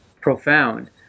profound